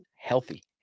Healthy